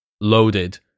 loaded